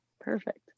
Perfect